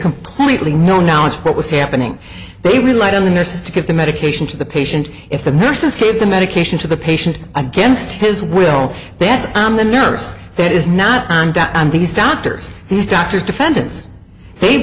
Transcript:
completely no knowledge of what was happening they relied on the nurses to give the medication to the patient if the nurses gave the medication to the patient against his will that's i'm a nurse that is not that i'm these doctors these doctors defendants they